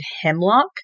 Hemlock